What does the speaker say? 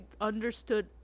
understood